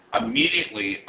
immediately